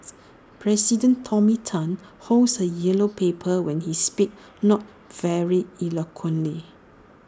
president tony Tan holds A yellow paper when he speaks not very eloquently